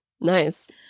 Nice